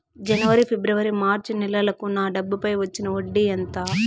జనవరి, ఫిబ్రవరి, మార్చ్ నెలలకు నా డబ్బుపై వచ్చిన వడ్డీ ఎంత